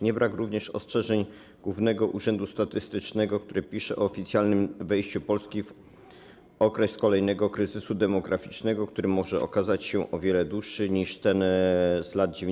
Nie brakuje również ostrzeżeń Głównego Urzędu Statystycznego, który napisał o oficjalnym wejściu Polski w okres kolejnego kryzysu demograficznego, który może okazać się o wiele dłuższy niż ten z lat 1997–2007.